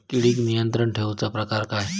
किडिक नियंत्रण ठेवुचा प्रकार काय?